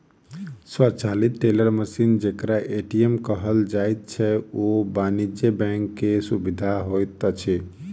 स्वचालित teller machine जेकरा ATM कहल जाइत छै, ओ वाणिज्य बैंक के सुविधा होइत अछि